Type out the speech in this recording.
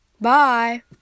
Bye